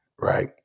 right